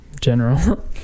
General